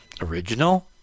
original